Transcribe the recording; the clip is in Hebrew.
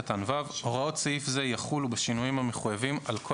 (ו) הוראות סעיף זה יחולו בשינויים המחויבים על כל